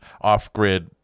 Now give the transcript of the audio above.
off-grid